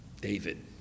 David